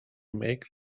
make